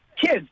Kids